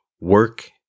work